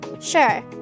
Sure